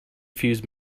fuse